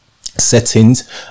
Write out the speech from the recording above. settings